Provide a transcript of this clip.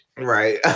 right